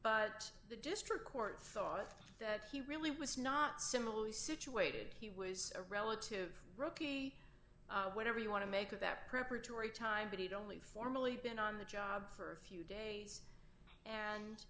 but the district court thought that he really was not similarly situated he was a relative roky whatever you want to make of that preparatory time but he'd only formally been on the job for a few days and